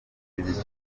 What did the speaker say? izi